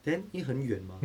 then 因为很远吗